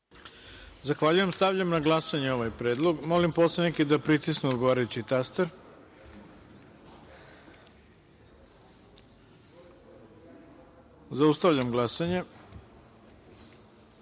Zahvaljujem. Stavljam na glasanje ovaj predlog. Molim poslanike da pritisnu odgovarajući taster. Zaustavljam glasanje: